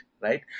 right